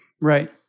Right